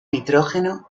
nitrógeno